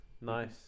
nice